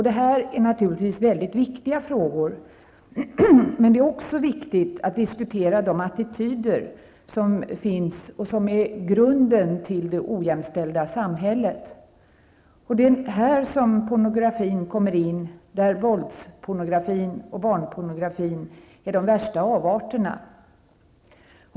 Det är naturligtvis mycket viktiga frågor, men det är också viktigt att diskutera de attityder som är grunden till det ojämställda samhället. Det är här pornografin kommer in, där våldspornografin och barnpornografin är de värsta avarterna.